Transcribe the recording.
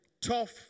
tough